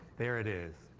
there it is.